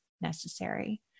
necessary